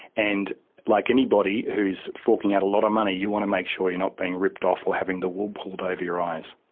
and like anybody who is forking out a lot of money, you want to make sure you're not being ripped off or having the wool pulled over your eyes.